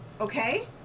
okay